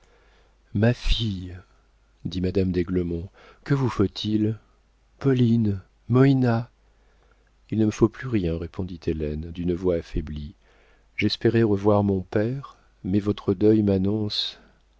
ma fille dit madame d'aiglemont que vous faut-il pauline moïna il ne me faut plus rien répondit hélène d'une voix affaiblie j'espérais revoir mon père mais votre deuil m'annonce